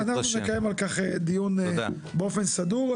אוקיי, אז אנחנו נקיים על כך דיון באופן סדור.